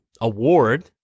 award